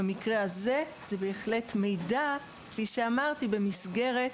במקרה הזה זה בהחלט מידע, כפי שאמרתי, במסגרת